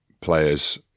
players